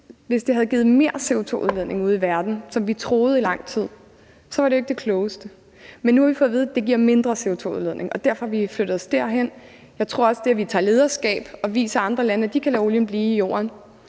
hvis det havde givet mere CO2-udledning ude i verden, som vi troede i lang tid, var det jo ikke det klogeste, men nu har vi fået at vide, at det giver mindre CO2-udledning, og derfor har vi flyttet os derhen. Jeg tror også, at det, at vi tager lederskab og viser andre lande, at de kan lade olien blive i jorden,